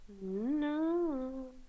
No